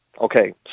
Okay